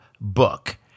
book